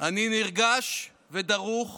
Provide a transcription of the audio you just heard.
נרגש ודרוך